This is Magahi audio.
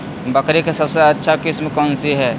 बकरी के सबसे अच्छा किस्म कौन सी है?